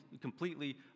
completely